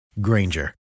Granger